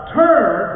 turn